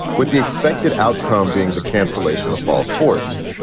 with the expected outcome being the cancellation of all sports.